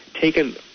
taken